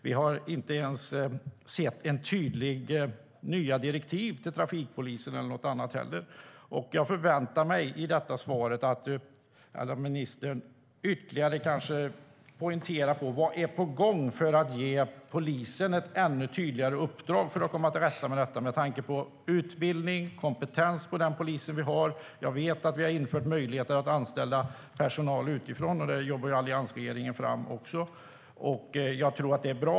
Vi har inte heller ens sett nya direktiv till trafikpolisen eller något annat. Jag förväntar mig i detta svar att ministern ytterligare poängterar vad som är på gång för att ge polisen ett ännu tydligare uppdrag för att komma till rätta med detta med tanke på utbildning och kompetens hos den polis vi har. Jag vet att vi har infört möjligheter att anställa personal utifrån. Det jobbade också alliansregeringen fram. Jag tror att det är bra.